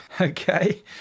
okay